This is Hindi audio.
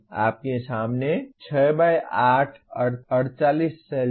आपके सामने 6 बाई 8 48 सेल्स है